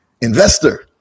investor